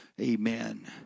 Amen